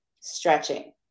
stretching